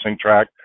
track